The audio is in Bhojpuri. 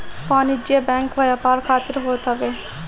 वाणिज्यिक बैंक व्यापार खातिर होत हवे